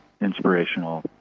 inspirational